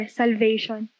salvation